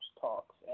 talks